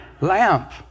Lamp